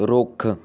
ਰੁੱਖ